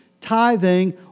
tithing